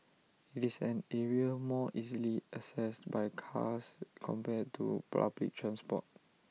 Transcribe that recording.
IT is an area more easily accessed by cars compared to public transport